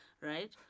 right